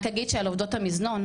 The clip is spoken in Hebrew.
אבל אני רק אגיד שעל עובדות המזנון,